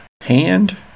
Hand